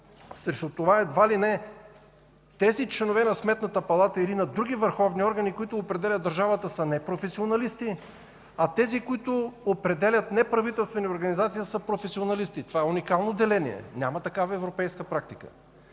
срещу това, че едва ли не тези членове на Сметната палата или на други върховни органи, които определя държавата, са непрофесионалисти, а тези, които определят неправителствени организации, са професионалисти! Това е уникално деление! Няма такава европейска практика!